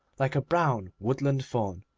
like a brown woodland faun,